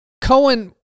Cohen